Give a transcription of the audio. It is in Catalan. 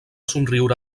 somriure